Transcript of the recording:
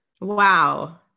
Wow